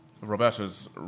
Roberta's